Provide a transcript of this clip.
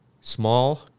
small